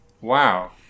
wow